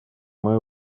мое